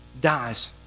dies